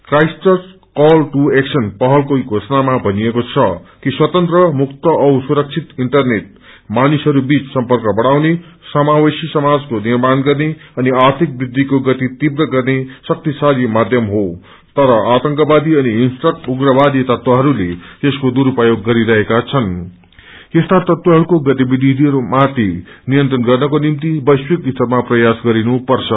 Christchurch call to action पहलको घोषणामा भनिएको छ कि स्वतन्त्र मुक्त औ सुरथ्क्षत इन्टरनेट मानिसहरू बीच सम्पक बढ़ाउने समावेशी समाजको निर्माण गन्ने अनि आर्थिक वृद्विको गति तीव्र गन्ने शक्तिशाली माध्यम हो तर आतंकवादी अनि हिंसक उग्रवादी तत्वहरूले यसको दुरूप्योग गरिरहेका छनृं यस्ता ततवहरूको गतिविधिहरूमाथि नियन्त्रण गर्नको निम्ति वैश्विक स्तरमा प्रयास गरिनुपर्छ